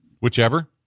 whichever